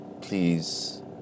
please